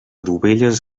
dovelles